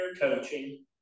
coaching